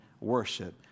worship